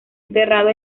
enterrado